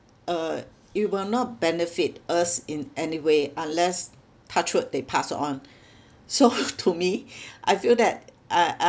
uh it will not benefit us in any way unless touch wood they pass on so to me I feel that I I